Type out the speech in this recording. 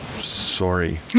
sorry